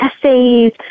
essays